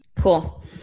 Cool